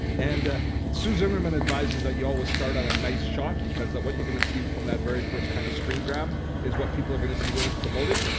and sue zimmerman advices that you always start on a nice shot because what you're going to see from that very first kind of screen grab is what people are going to see when it's promoted.